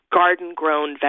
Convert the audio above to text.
garden-grown